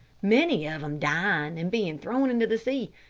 many of them dying and being thrown into the sea.